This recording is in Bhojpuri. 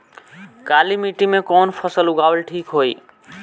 काली मिट्टी में कवन फसल उगावल ठीक होई?